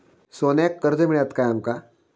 सोन्याक कर्ज मिळात काय आमका?